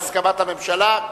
בהסכמת הממשלה.